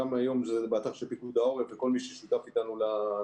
גם היום באתר של פיקוד העורף וכל מי ששותף איתנו למאמצים,